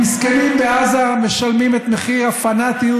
המסכנים בעזה משלמים את מחיר הפנאטיות